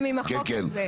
כן.